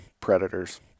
predators